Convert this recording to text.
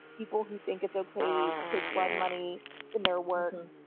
people who think it's okay to take blood money in their work.